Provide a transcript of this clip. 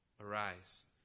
arise